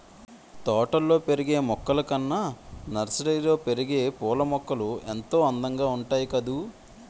తోటల్లో పెరిగే మొక్కలు కన్నా నర్సరీలో పెరిగే పూలమొక్కలు ఎంతో అందంగా ఉంటాయి కదూ